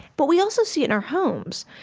but we also see it in our homes.